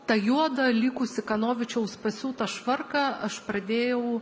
tą juodą likusį kanovičiaus pasiūtą švarką aš pradėjau